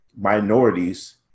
minorities